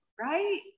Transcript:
right